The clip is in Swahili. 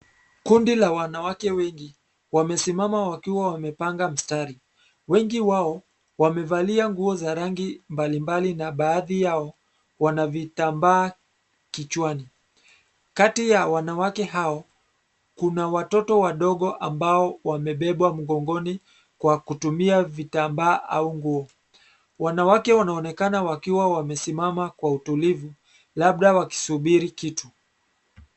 Kundi la wanawake wengi. Wamesimama wakiwa wamepanga mstari. Wengi wao ,wamevalia nguo za rangi mbalimbali na baadhi yao wana vitambaa kichwani. Kati ya wanawake hao kuna watoto wadogo ambao wamebebwa mgongoni kwa kutumia vitambaa au nguo. Wanawake wanaonekana wakiwa wamesimama kwa utulivu labda wakisubiri kitu.